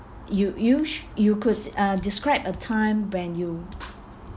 you you sh~ you could uh describe a time when you